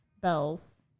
Bells